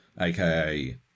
aka